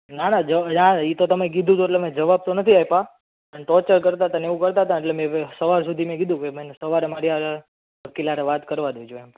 ના ના જવાબ ના એ તો તમે કીધું એટલે મેં જવાબ તો નથી આપ્યા અને ટોચર કરતા તા ને એવું કરતા હતા એટલે મેં સવાર સુધી મેં કીધું કે મેને સવારે મારી હારે વકીલ હારે વાત કરવા દેજો એમ